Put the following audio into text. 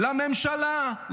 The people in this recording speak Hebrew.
לממשלה,